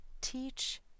Teach